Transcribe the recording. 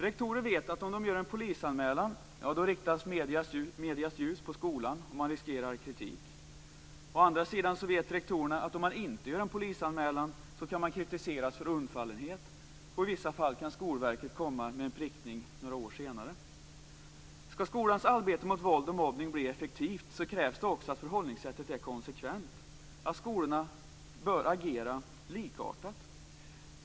Rektorer vet att om de gör en polisanmälan riktas mediernas ljus på skolan, och man riskerar kritik. Å andra sidan vet rektorerna att om man inte gör en polisanmälan, kan man kritiseras för undfallenhet, och i vissa fall kan Skolverket komma med en prickning några år senare. Skall skolans arbete mot våld och mobbning bli effektivt krävs det också att förhållningssättet är konsekvent. Skolorna bör agera likartat.